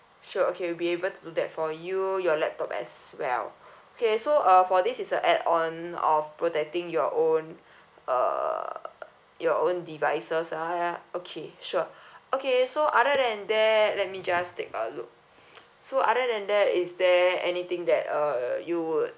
sure okay we'll be able to do that for you your laptop as well okay so uh for this is the add on of protecting your own uh your own devices ah okay sure okay so other than that let me just take a look so other than that is there anything that uh you would